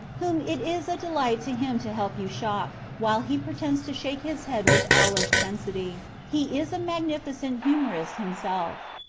whom it is a delight to him to help you shock, while he pretends to shake his head with owlish density. he is a magnificent humorist himself.